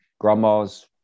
grandma's